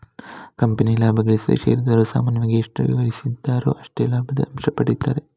ಕಂಪನಿಯು ಲಾಭ ಗಳಿಸಿದ್ರೆ ಷೇರುದಾರರು ಸಾಮಾನ್ಯವಾಗಿ ಎಷ್ಟು ವಿವರಿಸಿದ್ದಾರೋ ಅಷ್ಟು ಲಾಭದ ಅಂಶ ಪಡೀತಾರೆ